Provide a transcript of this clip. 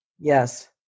Yes